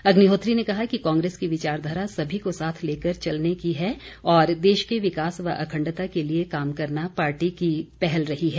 अग्निहोत्री ने कहा कि कांग्रेस की विचारधारा सभी को साथ लेकर चलने की है और देश के विकास व अखण्डता के लिए काम करना पार्टी की पहल रही है